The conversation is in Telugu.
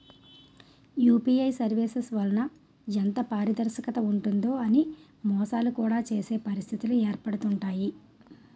యూపీఐ సర్వీసెస్ వలన ఎంత పారదర్శకత ఉంటుందో అని మోసాలు కూడా చేసే పరిస్థితిలు ఏర్పడుతుంటాయి